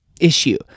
issue